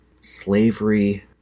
slavery